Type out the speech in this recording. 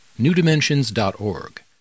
newdimensions.org